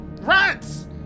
rats